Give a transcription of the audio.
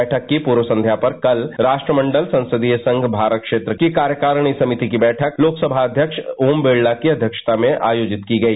बैठक की पूर्वसंध्या पर कल राष्ट्रमंडल संसदीय संघ भारत क्षेत्र की कार्यकारिणी समिति की बैठक लोकसभा अध्यक्ष ओम बिड़ला की अध्यक्षता में आयोजित की गई